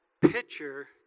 picture